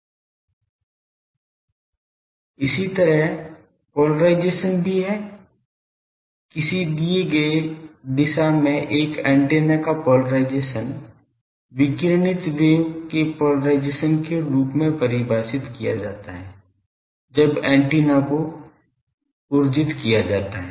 इसी तरह पोलराइजेशन भी है किसी दिए गए दिशा में एक एंटीना का पोलराइजेशन विकिरणित वेव के पोलराइजेशन के रूप में परिभाषित किया जाता है जब एंटीना को उर्जित किया जाता है